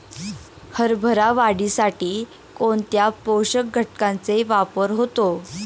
हरभरा वाढीसाठी कोणत्या पोषक घटकांचे वापर होतो?